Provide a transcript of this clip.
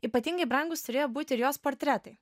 ypatingai brangus turėjo būt ir jos portretai